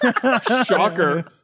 Shocker